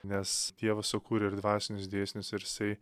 nes dievas sukūrė ir dvasinius dėsnius ir jisai